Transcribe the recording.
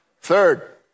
Third